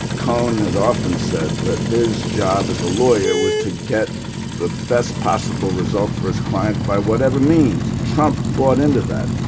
cohn had often said that his job as a lawyer was to get the best possible result for his client by whatever means trump bought into that.